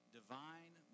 divine